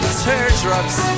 teardrops